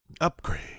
Upgrade